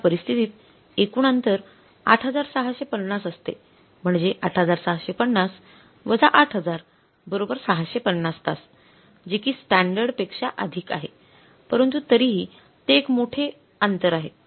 अशा परिस्थितीत एकूण अंतर ८६५० असते म्हणजे ८६५० ८००० ६५० तास जे कि स्टॅंडर्ड पेक्षा अधिक आहे परंतु तरीही ते एक मोठे अंतर आहे